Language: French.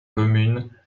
commune